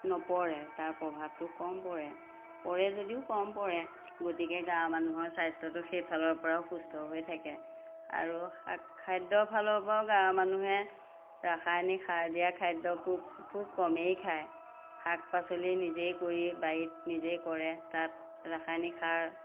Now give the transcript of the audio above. নপৰে তাৰ প্ৰভাৱটো কম পৰে পৰে যদিও কম পৰে গতিকে গাঁৱৰ মানুহৰ স্বাস্থ্যটো সেইফালৰপৰাও সুস্থ হৈয়ে থাকে আৰু শাক খাদ্যৰ ফালৰপৰাও গাঁৱৰ মানুহে ৰাসায়নিক সাৰ দিয়া খাদ্য কুব খুব কমেই খায় শাক পাচলি নিজেই কৰি বাৰীত নিজেই কৰে তাত ৰাসায়নিক সাৰ